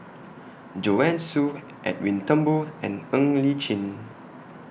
Joanne Soo Edwin Thumboo and Ng Li Chin